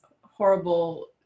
horrible